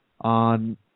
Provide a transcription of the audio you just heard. on